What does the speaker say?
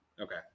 Okay